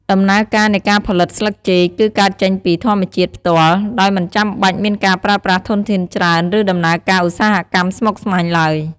ដំណើរការនៃការផលិតស្លឹកចេកគឺកើតចេញពី ធម្មជាតិផ្ទាល់ ដោយមិនចាំបាច់មានការប្រើប្រាស់ធនធានច្រើន ឬដំណើរការឧស្សាហកម្មស្មុគស្មាញឡើយ។